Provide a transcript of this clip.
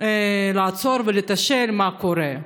לעצור ולתשאל מה קורה.